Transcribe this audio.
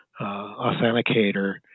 authenticator